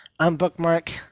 unbookmark